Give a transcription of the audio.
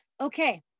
Okay